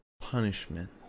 punishment